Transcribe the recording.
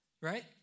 Right